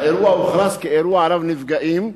האירוע הוכרז כאירוע רב-נפגעים,